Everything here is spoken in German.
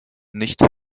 nicht